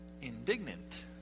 Indignant